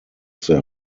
their